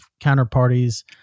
counterparties